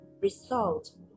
result